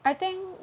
I think